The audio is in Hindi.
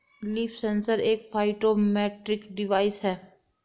लीफ सेंसर एक फाइटोमेट्रिक डिवाइस है